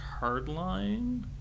Hardline